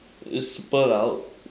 it's super loud